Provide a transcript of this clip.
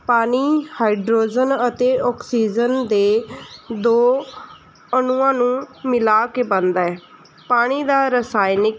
ਪਾਣੀ ਹਾਈਡਰੋਜਨ ਅਤੇ ਆਕਸੀਜਨ ਦੇ ਦੋ ਅਣੂਆਂ ਨੂੰ ਮਿਲਾ ਕੇ ਬਣਦਾ ਹੈ ਪਾਣੀ ਦਾ ਰਸਾਇਣਿਕ